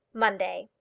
monday.